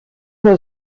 nur